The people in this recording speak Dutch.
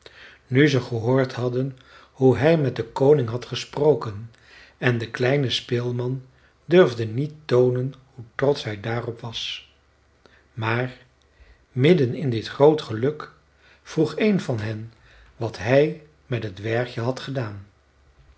nu ze gehoord hadden hoe hij met den koning had gesproken en de kleine speelman durfde niet toonen hoe trotsch hij daarop was maar midden in dit groote geluk vroeg een van hen wat hij met het dwergje had gedaan